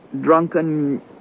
drunken